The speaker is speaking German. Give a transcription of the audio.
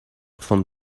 von